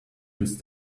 used